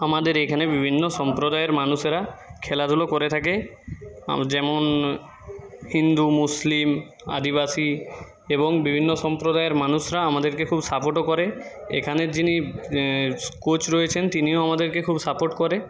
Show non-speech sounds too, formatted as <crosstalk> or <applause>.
আমাদের এখানে বিভিন্ন সম্প্রদায়ের মানুষেরা খেলাধুলো করে থাকে <unintelligible> যেমন হিন্দু মুসলিম আদিবাসী এবং বিভিন্ন সম্প্রদায়ের মানুষরা আমাদেরকে খুব সাপোর্টও করে এখানের যিনি কোচ রয়েছেন তিনিও আমাদেরকে খুব সাপোর্ট করে